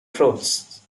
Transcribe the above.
frosts